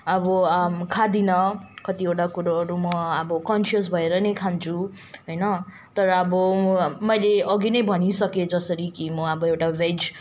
अब खाँदिनँ कतिवटा कुरोहरू म अब कन्सियस भएर नै खान्छु होइन तर अब मैले अघि नै भनिसकेँ जसरी कि म अब एउटा भेज